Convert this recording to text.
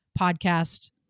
podcast